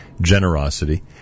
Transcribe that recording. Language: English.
generosity